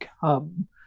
come